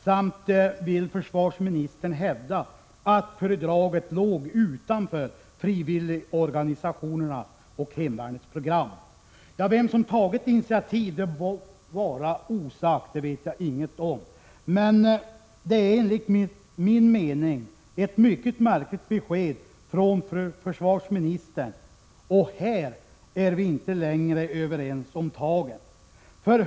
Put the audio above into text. Vidare vill försvarsministern hävda att föredraget låg utanför frivilligorganisationernas och hemvärnets program. Vem som tagit initiativet må vara osagt — jag vet ingenting om detta — men det är enligt min mening ett mycket märkligt besked som försvarsministern lämnat. Här är vi inte längre överens.